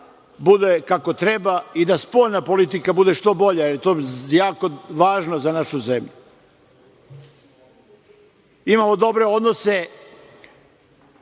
bude kako treba i da spoljna politika bude što bolja. To je jako važno za našu zemlju. Imamo dobre odnose